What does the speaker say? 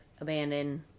abandoned